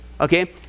okay